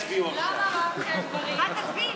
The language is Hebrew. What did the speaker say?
התשע"ג 2013,